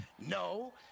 No